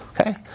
Okay